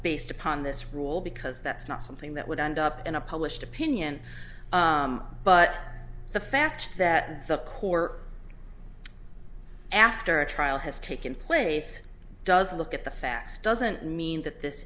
based upon this rule because that's not something that would end up in a published opinion but the fact that the core after a trial has taken place does a look at the facts doesn't mean that this